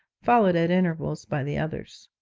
followed at intervals by the others.